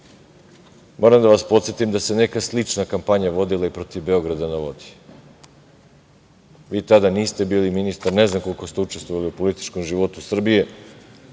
moram da vas podsetim da se neka slična kampanja vodila i protiv Beograda na vodi. Vi tada niste bili ministar i ne znam koliko ste učestvovali u političkom životu Srbije,